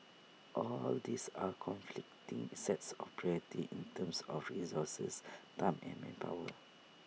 all these are conflicting sets of priority in terms of resources time and manpower